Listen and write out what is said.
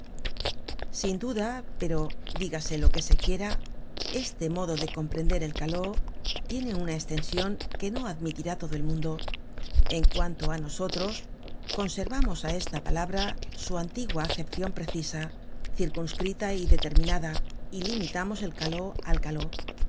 sin duda pero dígase lo que se quiera este modo de comprender el caló tiene una estension que no admitirá todo el mundo en cuanto á nosotros conservamos á esta palabra su antigua acepcion precisa circunscrita y determinada y limitamos el caló al caló